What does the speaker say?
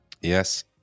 Yes